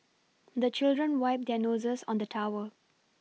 the children wipe their noses on the towel